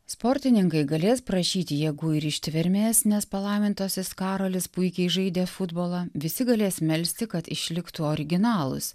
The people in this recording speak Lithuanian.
sportininkai galės prašyti jėgų ir ištvermės nes palaimintasis karolis puikiai žaidė futbolą visi galės melsti kad išliktų originalūs